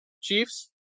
Chiefs